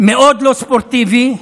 מאוד לא ספורטיבי,